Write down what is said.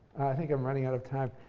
i think i'm running out of time.